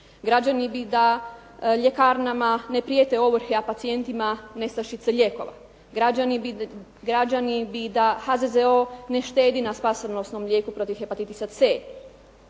Građani bi da ljekarnama ne prijete ovrhe, a pacijentima nestašica lijekova, građani bi da HZZO ne štedi na spasonosnom lijeku protiv Hepatitisa C.